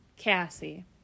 Cassie